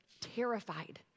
terrified